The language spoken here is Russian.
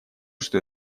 что